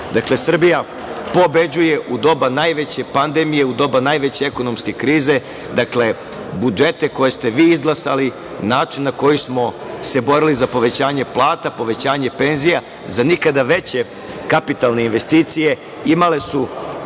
Dakle, Srbija pobeđuje u doba najveće pandemije, u doba najveće ekonomske krize. Dakle, budžete koje ste vi izglasali, način na koji smo se borili za povećanje plata, povećanje penzija, za nikada veće kapitalne investicije, imale su